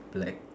black